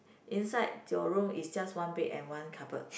inside your room is just one bed and one cupboard